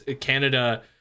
Canada